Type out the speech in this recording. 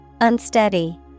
Unsteady